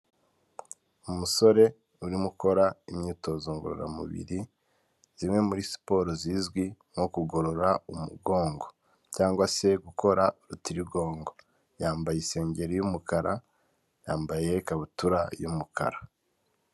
Umusore urimo ukora imyitozo ngororamubiri zimwe muri siporo zizwi nko kugorora umugongo cyangwa se gukora urutirigongo, yambaye isengeri y'umukara, yambaye ikabutura y'umukara.